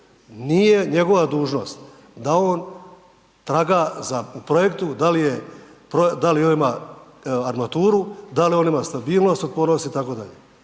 nije njegova dužnost da on traga po projektu da li on ima armaturu, da li on ima stabilnost od … /ne